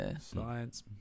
science